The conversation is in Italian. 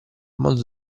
modo